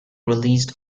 released